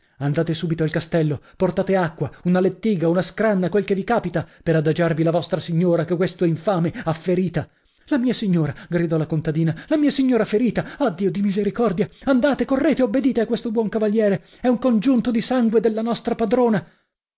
andate subito al castello portate acqua una lettiga una scranna quel che vi capita per adagiarvi la vostra signora che questo infame ha ferita la mia signora gridò la contadina la mia signora ferita ah dio di misericordia andate correte obbedite a questo buon cavaliere è un congiunto di sangue della nostra padrona